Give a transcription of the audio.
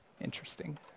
Interesting